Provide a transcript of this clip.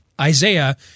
Isaiah